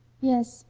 yes,